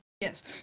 Yes